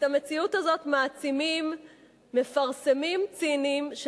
את המציאות הזאת מעצימים מפרסמים ציניים,